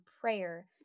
prayer